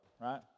right